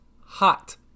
hot